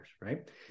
right